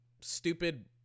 stupid